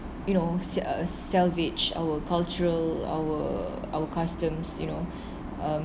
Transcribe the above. you know sal~ uh salvage our cultural our our customs you know um